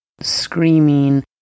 screaming